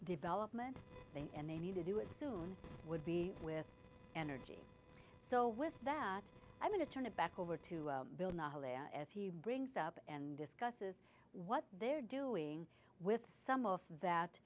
development and they need to do it soon would be with energy so with that i'm going to turn it back over to bill now they are as he brings up an discusses what they're doing with some of that